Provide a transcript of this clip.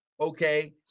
Okay